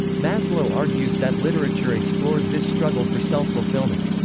maslow argues that literature explores this struggle for self-fulfillment.